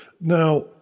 now